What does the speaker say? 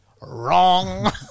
Wrong